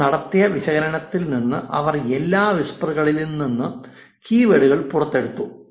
അവർ നടത്തിയ വിശകലനത്തിൽ നിന്ന് അവർ എല്ലാ വിസ്പറുകളിൽ നിന്നും കീവേഡുകൾ പുറത്തെടുത്തു